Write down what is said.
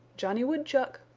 johnny woodchuck!